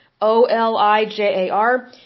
O-L-I-J-A-R